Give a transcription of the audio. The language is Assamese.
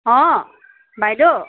অ বাইদেউ